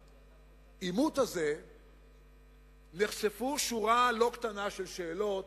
העימות הזה נחשפה שורה לא קטנה של שאלות,